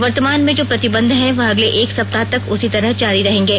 वर्तमान में जो प्रतिबंध हैं वह अगले एक सप्ताह तक उसी तरह जारी रहेंगे